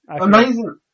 Amazing